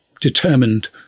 determined